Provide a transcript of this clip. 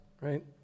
right